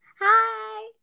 Hi